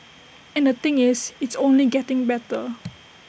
and the thing is it's only getting better